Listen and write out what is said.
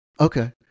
Okay